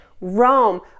Rome